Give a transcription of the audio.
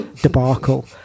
debacle